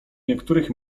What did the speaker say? niektórych